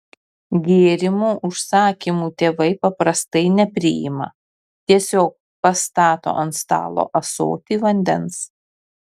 gėrimų užsakymų tėvai paprastai nepriima tiesiog pastato ant stalo ąsotį vandens